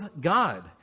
God